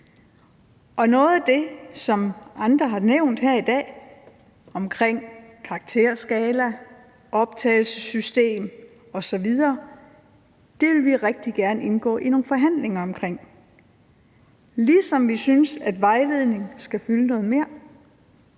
Noget af det, som andre har nævnt her i dag, om karakterskala, optagelsessystem osv., vil vi rigtig gerne indgå i nogle forhandlinger om, ligesom vi synes, at vejledning skal fylde noget mere,